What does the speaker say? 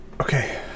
Okay